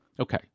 Okay